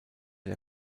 der